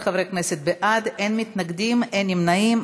19 חברי כנסת בעד, אין מתנגדים, אין נמנעים.